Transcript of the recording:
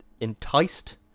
enticed